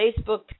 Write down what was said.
Facebook